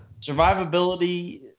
Survivability